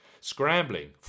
scrambling